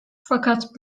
fakat